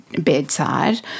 bedside